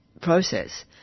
process